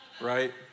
right